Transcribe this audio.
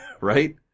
right